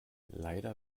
leider